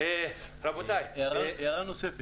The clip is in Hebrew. הערה נוספת